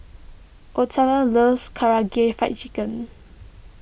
Otelia loves Karaage Fried Chicken